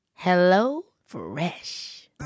HelloFresh